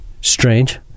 strange